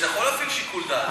אתה יכול להפעיל שיקול דעת,